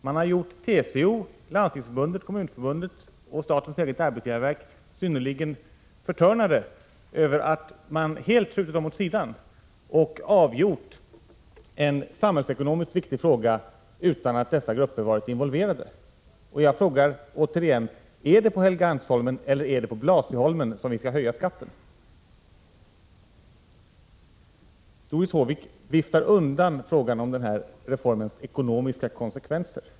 Man har gjort TCO, Landstingsförbundet, Kommunförbundet och statens eget arbetsgivarverk synnerligen förtörnade över att man helt skjutit dem åt sidan och avgjort en samhällsekonomiskt viktig fråga utan att dessa grupper varit involverade. Jag frågar återigen: Är det på Helgeandsholmen eller är det på Blasieholmen som vi skall höja skatten? Doris Håvik viftar undan frågan om den här reformens ekonomiska konsekvenser.